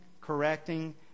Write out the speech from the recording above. correcting